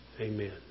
Amen